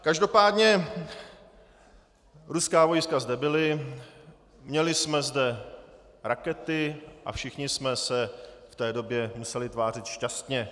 Každopádně ruská vojska zde byla, měli jsme zde rakety a všichni jsme se v té době museli tvářit šťastně.